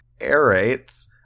aerates